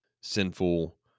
sinful